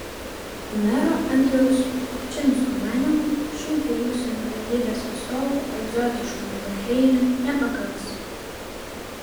mero andriaus kupčinsko manymu šių dviejų savivaldybės atstovų egzotiškame bahreine nepakaks